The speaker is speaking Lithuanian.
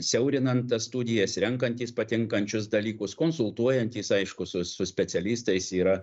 siaurinant tas studijas renkantys patinkančius dalykus konsultuojantys aišku su su specialistais yra